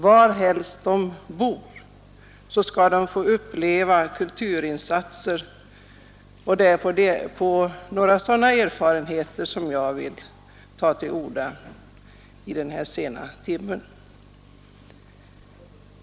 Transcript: Varhelst de bor skall de få uppleva kulturinsatser. Det är på grundval av sådana erfarenheter som jag vill ta till orda i den här sena timmen.